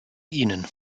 ihnen